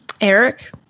Eric